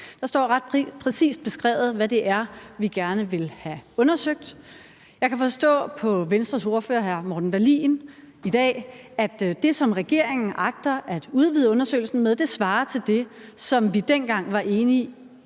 Der står ret præcist beskrevet, hvad det er, vi gerne vil have undersøgt. Jeg kan i dag forstå på Venstres ordfører, hr. Morten Dahlin, at det, som regeringen agter at udvide undersøgelsen med, svarer til det, som vi dengang som borgerlige